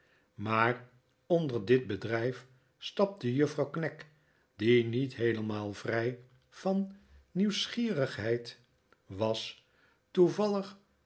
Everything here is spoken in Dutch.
maar onder dit bedrijf stapte juffrouw knag die niet heelemaal vrij van nieuwskpmen dat